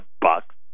bucks